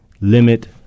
limit